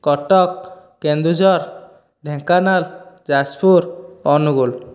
Cuttack Kendujhar Dhenkanal Jajpur Angul